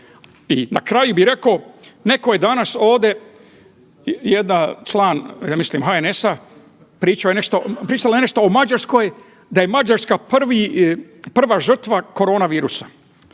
I na kraju bih rekao, neko je danas ovdje jedan član ja mislim HNS-a pričala je nešto o Mađarskoj da je Mađarska prva žrtva korona virusa.